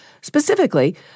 Specifically